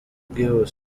bwihuse